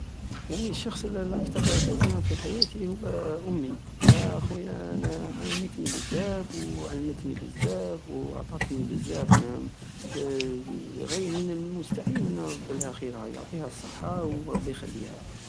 يعني الشخص الاكتر تاتيرا في حياتي هو امي اه خويا انا عاونتني بزاف وعلمتني بزاف واعطاتني بزاف غير- من المستحيل نردلها خيرها يعطيها الصحة وربي يخليها